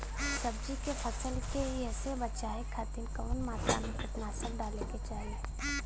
सब्जी के फसल के कियेसे बचाव खातिन कवन मात्रा में कीटनाशक डाले के चाही?